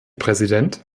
präsident